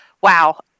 Wow